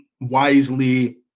wisely